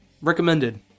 Recommended